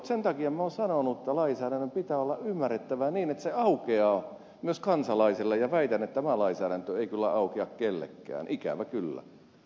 sen takia minä olen sanonut että lainsäädännön pitää olla ymmärrettävää niin että se aukeaa myös kansalaisille ja väitän että tämä lainsäädäntö ei kyllä aukea kellekään ikävä kyllä